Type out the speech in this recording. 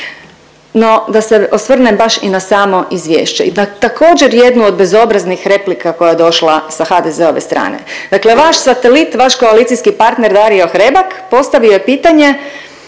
No da se osvrnem baš i na samo izvješće i na također jednu od bezobraznih replika koja je došla sa HDZ-ove strane. Dakle vaš satelit, vaš koalicijski partner Dario Hrebak postavio je pitanje